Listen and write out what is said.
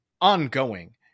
ongoing